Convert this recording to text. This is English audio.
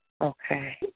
Okay